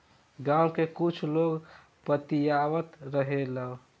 गाँव के कुछ लोग बतियावत रहेलो